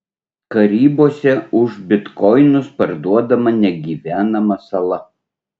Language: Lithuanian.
karibuose už bitkoinus parduodama negyvenama sala